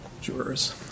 jurors